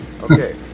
Okay